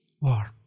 warm